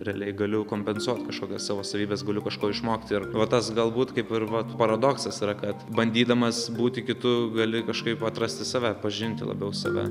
realiai galiu kompensuot kažkokias savo savybes galiu kažko išmokt ir va tas galbūt kaip ir vat paradoksas yra kad bandydamas būti kitu gali kažkaip atrasti save pažinti labiau save